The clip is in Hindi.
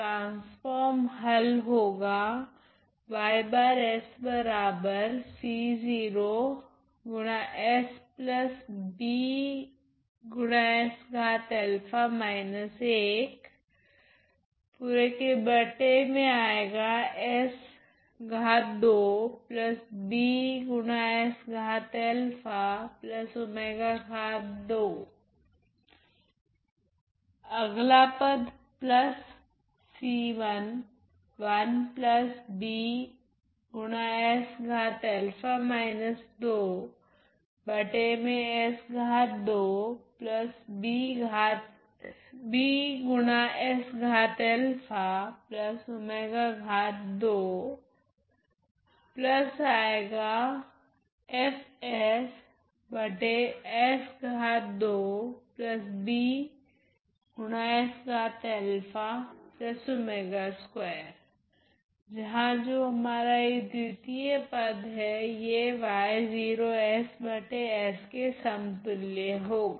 ट्रांसफोर्म हल है जहां द्वितीय पद के समतुल्य होगा